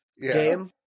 game